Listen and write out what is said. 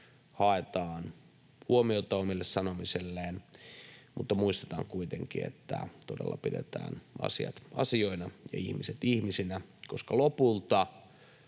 haetaan huomiota omille sanomisilleen, mutta muistetaan kuitenkin, että todella pidetään asiat asioina ja ihmiset ihmisinä, koska lopulta